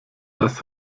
das